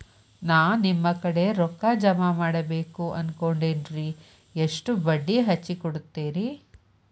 ನಾ ನಿಮ್ಮ ಕಡೆ ರೊಕ್ಕ ಜಮಾ ಮಾಡಬೇಕು ಅನ್ಕೊಂಡೆನ್ರಿ, ಎಷ್ಟು ಬಡ್ಡಿ ಹಚ್ಚಿಕೊಡುತ್ತೇರಿ?